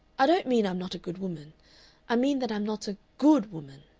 i don't mean i'm not a good woman i mean that i'm not a good woman.